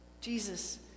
Jesus